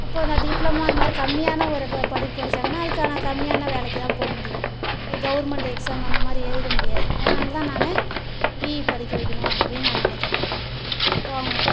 அப்போ நான் டிப்ளமோ அது மாரி கம்மியான ஒரு படிப்பு படிச்சாங்கன்னா அதற்கான கம்மியான வேலைக்கு தான் போகமுடியும் ஒரு கவர்மெண்ட் எக்ஸாம் அந்த மாதிரி எழுத முடியாது அதனால் தான் நானு பிஇ படிக்க வைக்கணும் அப்படின்னு நான் நினக்கிறேன் ப